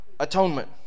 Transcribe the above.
Atonement